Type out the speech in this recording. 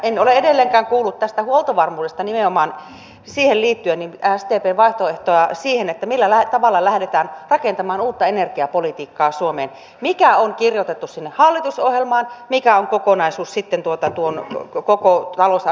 en ole edelleenkään kuullut tästä huoltovarmuudesta nimenomaan sdpn vaihtoehtoa siihen millä tavalla lähdetään rakentamaan uutta energiapolitiikkaa suomeen mikä on kirjoitettu sinne hallitusohjelmaan joka on kokonaisuus tuon koko talousarvion kanssa